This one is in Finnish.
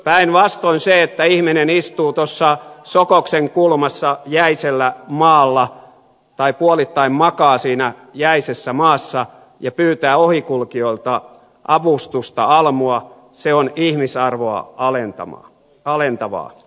päinvastoin se että ihminen istuu tuossa sokoksen kulmassa jäisellä maalla tai puolittain makaa siinä jäisessä maassa ja pyytää ohikulkijoilta avustusta almua se on ihmisarvoa alentavaa